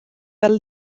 fel